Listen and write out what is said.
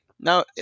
Now